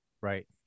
Right